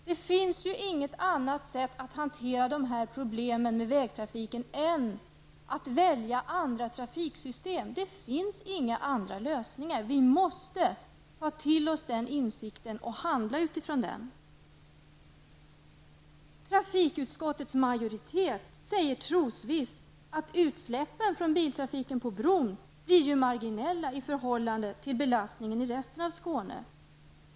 Det finns inget annat sätt att hantera dessa problem med vägtrafiken än att välja andra trafiksystem. Det finns inga andra lösningar. Vi måste ta till oss denna insikt och handla utifrån den. Trafikutskottets majoritet säger trosvisst att utsläppen från biltrafiken på bron blir marginella i förhållande till belastningen i resten av Skåne.